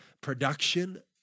production